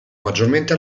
maggiormente